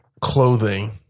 clothing